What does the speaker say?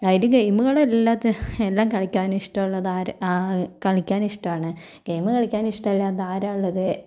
അതില് ഗെയിമുകളില്ലാത്ത എല്ലാം കളിക്കാനിഷ്ടമുള്ളതാരാ ആ കളിക്കാനിഷ്ടമാണ് ഗെയിമു കളിക്കാനിഷ്ടമില്ലാത്ത ആരാ ഉള്ളത്